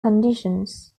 conditions